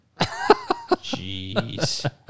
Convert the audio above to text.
Jeez